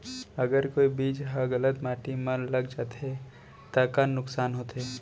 अगर कोई बीज ह गलत माटी म लग जाथे त का नुकसान होथे?